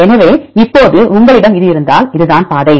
எனவே இப்போது உங்களிடம் இது இருந்தால் இதுதான் பாதை